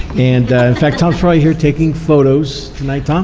and in fact, tom's probably here taking photos, tonight, tom.